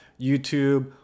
YouTube